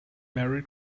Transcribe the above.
merry